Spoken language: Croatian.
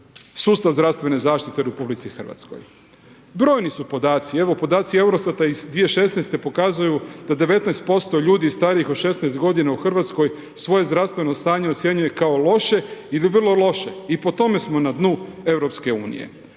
sustav zdravstvene zaštite u RH. Brojni su podaci, evo podaci EUROSTAT-a iz 2016. pokazuju da 19% ljudi starijih od 16 g. u Hrvatskoj svoje zdravstveno stanje ocjenjuju kao loše ili vrlo loše, i po tome smo na dnu EU-a. Liste